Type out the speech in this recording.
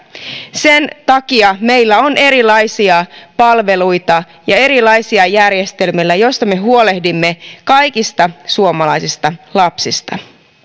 sen takia meillä on erilaisia palveluita ja erilaisia järjestelmiä joilla me huolehdimme kaikista suomalaisista lapsista